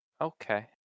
okay